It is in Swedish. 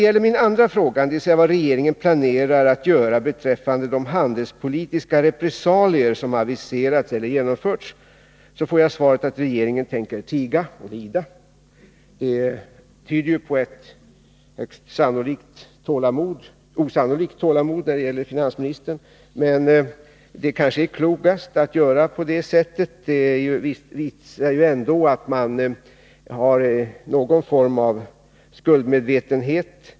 På min andra fråga, vad regeringen planerar att göra beträffande de handelspolitiska repressalier som aviserats eller genomförts, får jag svaret att regeringen tänker tiga och lida. Det tyder ju på ett högst osannolikt tålamod när det gäller finansministern. Men det kanske är klokast att göra på det 2 sättet. Det visar att man ändå har någon form av skuldmedvetande.